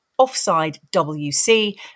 OffsideWC